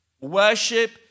worship